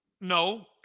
No